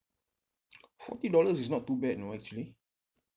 forty dollars is not too bad you know actually